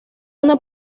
una